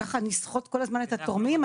ככה נסחט כל הזמן את התורמים?